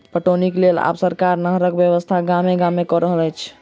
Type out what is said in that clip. पटौनीक लेल आब सरकार नहरक व्यवस्था गामे गाम क रहल छै